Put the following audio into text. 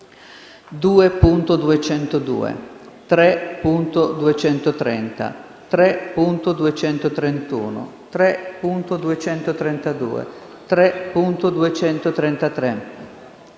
2.202, 3.230, 3.231, 3.232, 3.233,